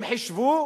הם חישבו,